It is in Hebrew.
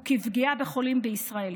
וכפגיעה בחולים בישראל.